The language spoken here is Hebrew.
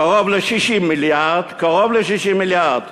קרוב ל-60 מיליארד, קרוב ל-60 מיליארד